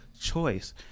choice